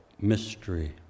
mystery